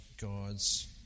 God's